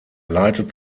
leitet